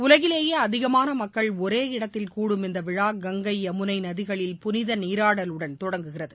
உலகிலேயேஅதிகமானமக்கள் ஒரே இடத்தில் கூடும் இந்தவிழா கங்கை யமுனைநதிகளில் புனிதநீராடலுடன் தொடங்குகிறது